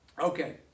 Okay